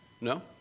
No